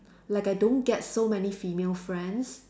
like I don't get so many female friends